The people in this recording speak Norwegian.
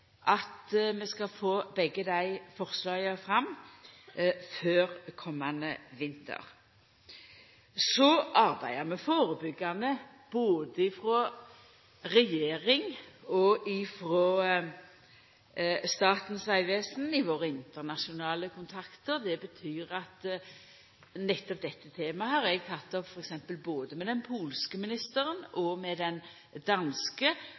at vi skal få begge desse forslaga fram før komande vinter. Så arbeider vi førebyggjande, både regjeringa og Statens vegvesen, med våre internasjonale kontaktar. Det betyr at nettopp dette temaet har eg teke opp med både den polske ministeren og den danske